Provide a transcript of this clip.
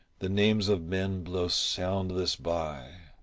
the names of men blow soundless by,